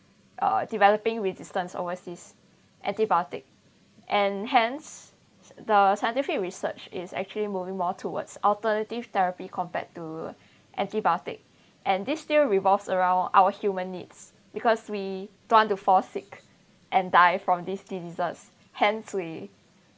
uh developing resistance overseas antibiotic and hence the scientific research is actually moving more towards alternative therapy compared to antibiotic and this still revolves around our human needs because we don't want to fall sick and die from these diseases hence we